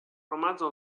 romanzo